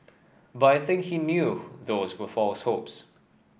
but I think he knew those were false hopes